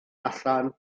allan